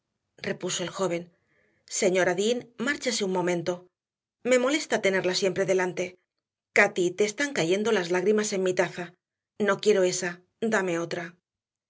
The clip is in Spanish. repuso el joven señora dean márchese un momento me molesta tenerla siempre delante cati te están cayendo las lágrimas en mi taza no quiero ésa dame otra